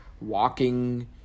walking